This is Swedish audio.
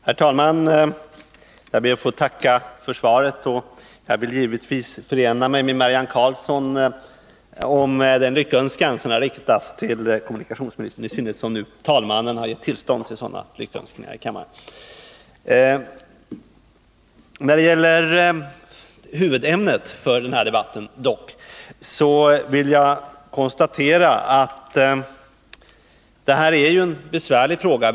Herr talman! Jag ber att få tacka för svaret. Samtidigt vill jag givetvis förena mig med Marianne Karlsson i hennes lyckönskan till kommunikationsministern, eftersom talmannen givit sitt tillstånd till att sådana får framföras här i kammaren. När det gäller huvudämnet för debatten vill jag konstatera att detta handlar om en besvärlig fråga.